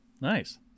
nice